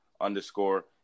underscore